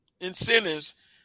Incentives